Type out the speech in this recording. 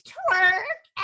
twerk